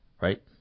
right